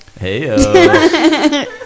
Hey